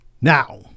Now